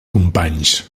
companys